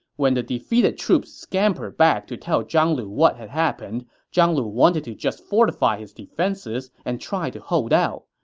when the defeated troops scampered back to tell zhang lu what had happened, zhang lu wanted to just fortify his defenses and try to hold out.